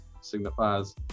signifies